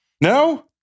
No